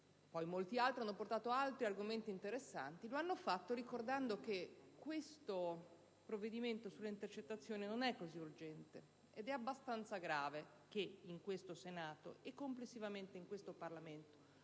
molti altri portando ulteriori argomenti interessanti, ricordando comunque che questo provvedimento sulle intercettazioni non è così urgente. È abbastanza grave che in questo Senato e, complessivamente, in questo Parlamento,